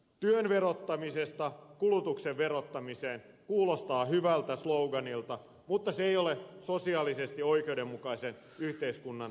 työn verottamisesta kulutuksen verottamiseen kuulostaa hyvältä slogaanilta mutta se ei ole sosiaalisesti oikeudenmukaisen yhteiskunnan tunnuslause